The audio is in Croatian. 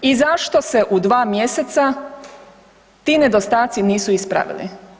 I zašto se u dva mjeseca ti nedostaci nisu ispravili?